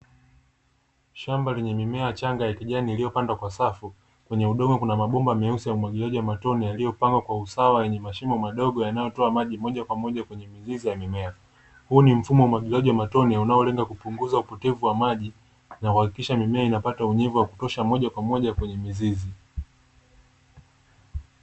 Shamba lemye mimea changa ya kijani iliyopandwa kwa safi, kwenye udongo kuna mabomba madogo meusi ya umwagiliaji wa matone yaliyopangwa kwa usawa yenye mashimo madogo yanayotoa maji moja kwa moja kwenye mizizi ya mimea. Huu ni mfumo wa umwagiliaji wa matone unaolenga kupunguza upotevu wa maji na kuhakikisha mimea inapata unyevu wa kutosha moja kwa moja kwenye mizizi